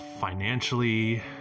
financially